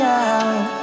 out